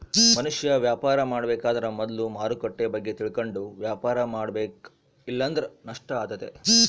ಮನುಷ್ಯ ವ್ಯಾಪಾರ ಮಾಡಬೇಕಾದ್ರ ಮೊದ್ಲು ಮಾರುಕಟ್ಟೆ ಬಗ್ಗೆ ತಿಳಕಂಡು ವ್ಯಾಪಾರ ಮಾಡಬೇಕ ಇಲ್ಲಂದ್ರ ನಷ್ಟ ಆತತೆ